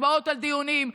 הצבעות על דיונים,